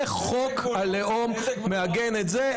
וחוק הלאום מעגן את זה.